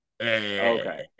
Okay